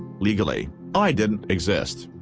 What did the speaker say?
legally, i didn't exist.